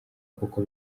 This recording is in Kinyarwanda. kuko